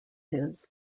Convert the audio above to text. his